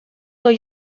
hoy